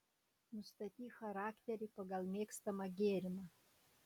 nustatyk charakterį pagal mėgstamą gėrimą